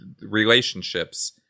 relationships